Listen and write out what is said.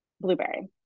blueberry